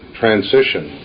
transition